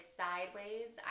sideways